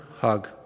hug